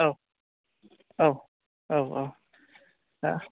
औ औ औ औ दा